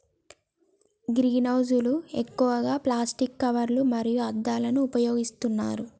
green house లు ఎక్కువగా plastic కవర్లు మరియు అద్దాలను ఉపయోగిస్తున్నారు